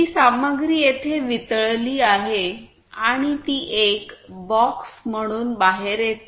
ती सामग्री येथे वितळली आहे आणि ती एक बॉक्स म्हणून बाहेर येते